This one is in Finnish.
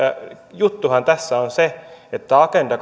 juttuhan tässä on se että agenda